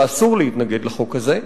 ואסור להתנגד לחוק הזה,